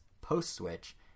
post-Switch